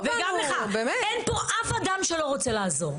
באנו לעזור.